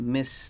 Miss